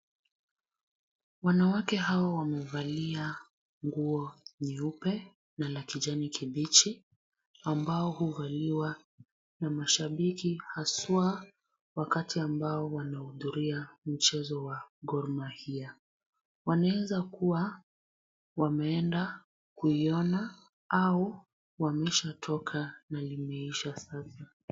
Wanawake hawa wamevalia nguo nyeupe na la kijani kibichi ambazo huvaliwa na mashabiki haswa wakati ambao wanahudhuria mchezo wa Gor Mahia. Wanaeza kuwa wameenda kuiona au wameshatoka na umeisha sasa.